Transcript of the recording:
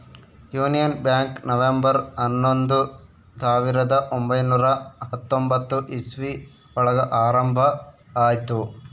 union bank November ಹನ್ನೊಂದು ಸಾವಿರದ ಒಂಬೈನುರ ಹತ್ತೊಂಬತ್ತು ಇಸ್ವಿ ಒಳಗ ಆರಂಭ ಆಯ್ತು